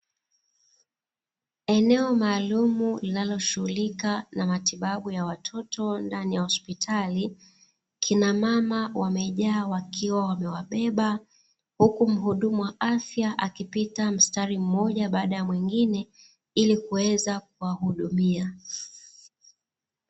Eneo maalumu linaloshughulika na matibabu ya watoto ndani ya hospitali, kina mama wamejaa wakiwa wamewabeba, huku mhudumu wa afya akipita mstari mmoja baada ya mwingine ili kuweza kuwahudumia.